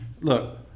Look